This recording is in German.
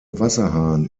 wasserhahn